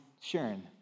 sharing